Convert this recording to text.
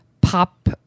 pop